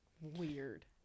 weird